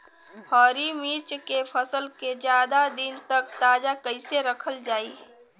हरि मिर्च के फसल के ज्यादा दिन तक ताजा कइसे रखल जाई?